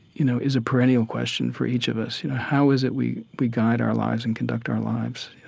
you know, is a perennial question for each of us. you know how is it we we guide our lives and conduct our lives? yeah